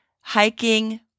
hiking